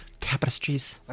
tapestries